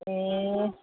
ए